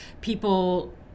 people